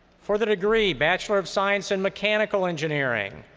for the degree bachelor of science in mechanical engineering,